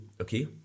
okay